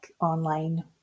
online